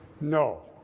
no